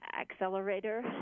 accelerator